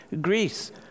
Greece